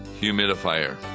humidifier